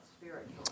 spiritual